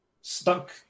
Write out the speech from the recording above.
stuck